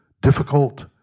difficult